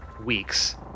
weeks